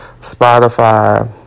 Spotify